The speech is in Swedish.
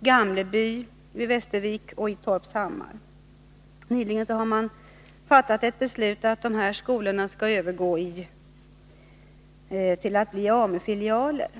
Gamleby vid Västervik och i Torpshammar. Nyligen har beslut fattats om att dessa skolor skall övergå till att bli AMU-filialer.